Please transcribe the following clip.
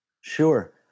Sure